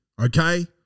Okay